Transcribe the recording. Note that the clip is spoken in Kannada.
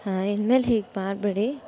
ಹಾಂ ಇನ್ಮೇಲೆ ಹೀಗೆ ಮಾಡಬೇಡಿ